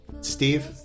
Steve